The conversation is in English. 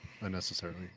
unnecessarily